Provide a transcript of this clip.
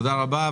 תודה רבה.